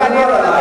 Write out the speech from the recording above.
טוב, ההערה ברורה.